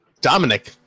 Dominic